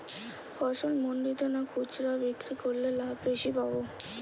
ফসল মন্ডিতে না খুচরা বিক্রি করলে লাভ বেশি পাব?